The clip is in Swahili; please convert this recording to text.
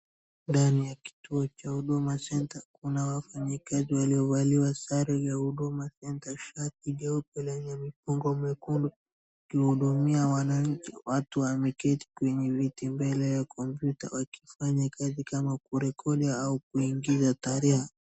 Ndani ya kituo cha Huduma Centre . Kuna wafanyikazi walovalia sare ya huduma, shati nyeupe yenye kanda nyekundu wakihudumia wanaanchi. Watu wameketi kwenye viti mbele wakifanya kazi kama kurekodi au kuingiza taarifa.